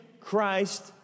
Christ